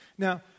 Now